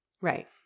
Right